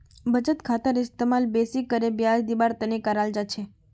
बचत खातार इस्तेमाल बेसि करे ब्याज दीवार तने कराल जा छे